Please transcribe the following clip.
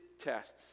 tests